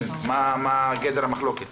מה גדר המחלוקת?